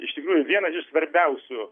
iš tikrųjų vienas iš svarbiausių